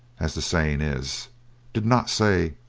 as the saying is did not say,